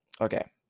Okay